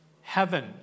Heaven